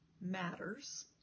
matters